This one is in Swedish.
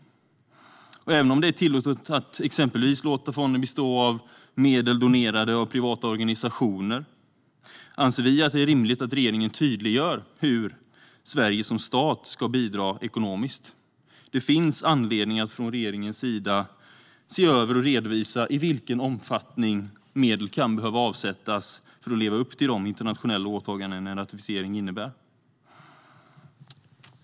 Även om det är tillåtet att exempelvis låta fonden bestå av medel donerade av privata organisationer anser vi att det är rimligt att regeringen tydliggör hur Sverige som stat ska bidra ekonomiskt. Det finns anledning att från regeringens sida se över och redovisa i vilken omfattning medel kan behöva avsättas för att Sverige ska leva upp till de internationella åtaganden en ratificering innebär.